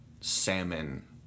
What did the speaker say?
salmon